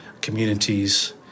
communities